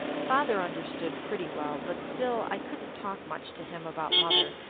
father understood pretty well, but still i couldn't talk much to him about mother,